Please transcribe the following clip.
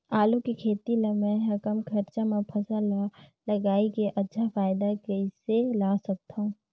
आलू के खेती ला मै ह कम खरचा मा फसल ला लगई के अच्छा फायदा कइसे ला सकथव?